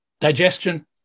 digestion